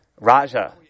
Raja